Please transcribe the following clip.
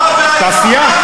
תעשייה,